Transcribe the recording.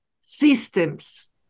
systems